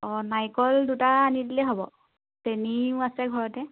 অঁ নাৰিকল দুটা আনি দিলেই হ'ব চেনিও আছে ঘৰতে